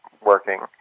working